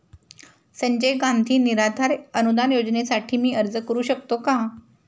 संजय गांधी निराधार अनुदान योजनेसाठी मी अर्ज करू शकतो का?